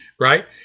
Right